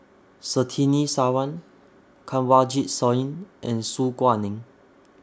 Surtini Sarwan Kanwaljit Soin and Su Guaning